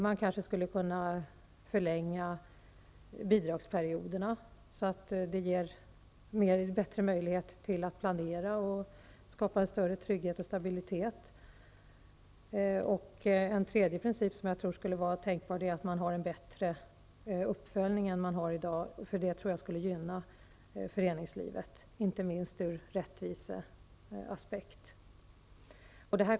Man skulle vidare kanske kunna förlänga bidragsperioderna, så att det blir bättre möjligheter att planera och skapa en trygghet och stabilitet. En tredje princip som jag tror är tänkbar är att ha en bättre uppföljning än i dag. Jag tror att det skulle gynna föreningslivet, inte minst ur rättviseaspekt.